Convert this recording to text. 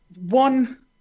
one